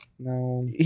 No